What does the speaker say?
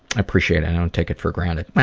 appreciate it. i don't take it for granted.